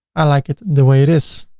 i like it the way it is.